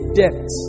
debt